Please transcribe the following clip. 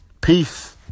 Peace